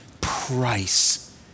price